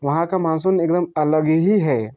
वहाँ का मानसून एकदम अलग ही है